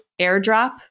airdrop